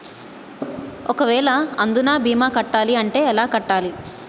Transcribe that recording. ఒక వేల అందునా భీమా కట్టాలి అంటే ఎలా కట్టాలి?